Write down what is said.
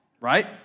right